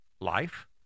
life